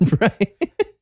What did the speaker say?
Right